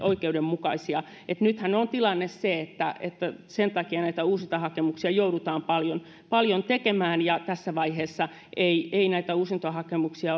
oikeudenmukaisia nythän on tilanne se että että sen takia näitä uusintahakemuksia joudutaan paljon paljon tekemään ja tässä vaiheessa ei ei näitä uusintahakemuksia